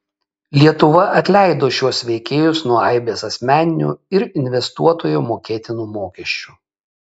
lietuva atleido šiuos veikėjus nuo aibės asmeninių ir investuotojo mokėtinų mokesčių